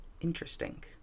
Interesting